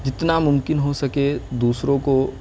جتنا ممکن ہو سکے دوسروں کو